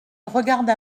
regarda